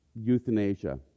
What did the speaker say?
euthanasia